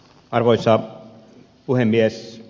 arvoisa puhemies